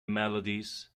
melodies